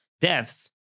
deaths